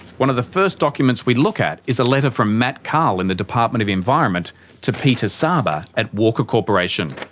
one of the first documents we look at is a letter from matt cahill in the department of environment to peter saba at walker corporation.